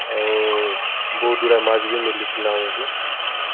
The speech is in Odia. ଆଉ ବହୁତ୍ଗୁଡ଼ାଏ ମାଛ୍ ବି ମିଲିଥିଲା ଆମ୍କୁ